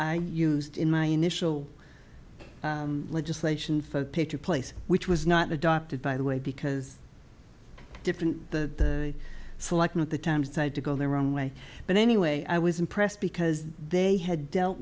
i used in my initial legislation for a picture place which was not adopted by the way because different the selection of the time side to go their own way but anyway i was impressed because they had dealt